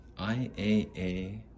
IAA